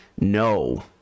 No